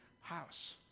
house